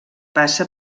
passa